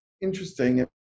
interesting